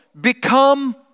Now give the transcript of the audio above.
become